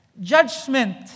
judgment